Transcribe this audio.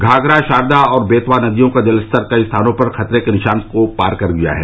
घाघरा शारदा और बेतवा नदियों का जलस्तर कई स्थानों पर खतरे के निशान को पार कर गया है